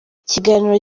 ikiganiro